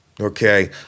okay